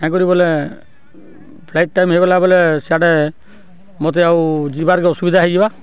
କାଇଁକରି ବଲେ flight time ହେଇଗଲା ବଲେ ସିଆଡ଼େ ମୋତେ ଆଉ ଯିବାର୍ କେ ଅସୁବିଧା ହେଇଯିବା